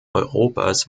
europas